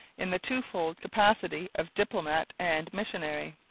in the twofold capacity of diplomat and missionary.